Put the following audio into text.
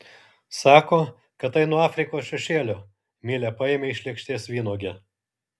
sako kad tai nuo afrikos šešėlio milė paėmė iš lėkštės vynuogę